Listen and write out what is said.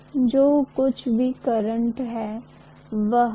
इस कोर के cross section के क्षेत्र को A कहते हैं